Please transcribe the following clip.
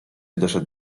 doszedł